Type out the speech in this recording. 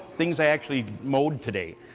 things i actually mowed today